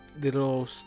little